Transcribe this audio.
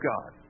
God